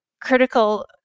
critical